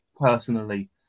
personally